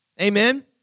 Amen